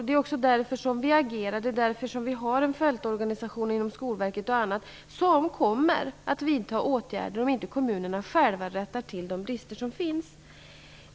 Det är också därför som vi agerade, och det är därför som det finns en fältorganisation inom Skolverket och annat. Det kommer att vidtas åtgärder om inte kommunerna själva rättar till de brister som finns.